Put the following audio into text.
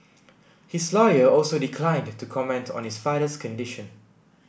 his lawyer also declined to comment on the father's condition